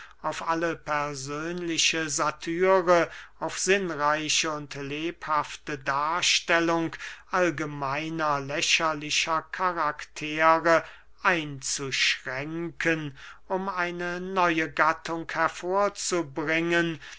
auf alle persönliche satire auf sinnreiche und lebhafte darstellung allgemeiner lächerlicher karaktere einzuschränken um eine neue gattung hervorzubringen